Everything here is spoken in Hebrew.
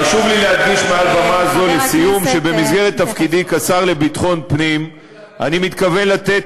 חשוב לי להדגיש שבמסגרת תפקידי כשר לביטחון פנים אני מתכוון לתת